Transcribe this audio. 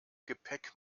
gepäck